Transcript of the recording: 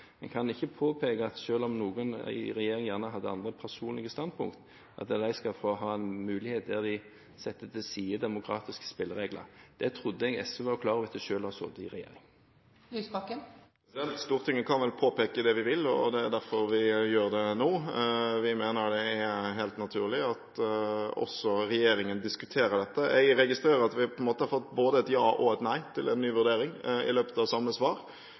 kan ikke påpeke at noen i regjeringen – selv om de kanskje har andre personlige standpunkter – skal få ha en mulighet til å sette demokratiske spilleregler til side. Det trodde jeg SV var klar over etter selv å ha sittet i regjering. Stortinget kan påpeke det man vil, og det er derfor vi gjør det nå. Vi mener det er helt naturlig at også regjeringen diskuterer dette. Jeg registrerer at vi i løpet av samme svar på en måte har fått både et ja og et nei til en ny vurdering.